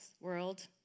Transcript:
world